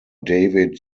david